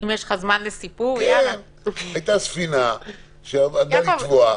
הייתה ספינה שעמדה לטבוע.